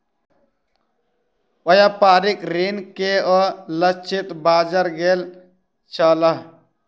व्यापारिक ऋण के ओ लक्षित बाजार गेल छलाह